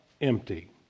empty